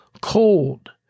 cold